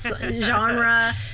genre